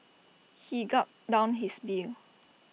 he gulped down his beer